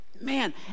Man